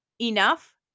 enough